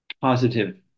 positive